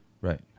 Right